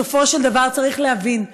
בסופו של דבר צריך להבין,